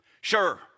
Sure